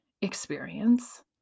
experience